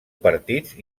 partits